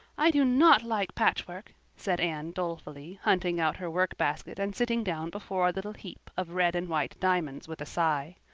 i do not like patchwork, said anne dolefully, hunting out her workbasket and sitting down before a little heap of red and white diamonds with a sigh.